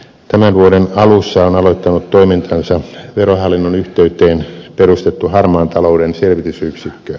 tämän vuoden alussa on aloittanut toimintansa verohallinnon yhteyteen perustettu harmaan talouden selvitysyksikkö